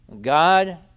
God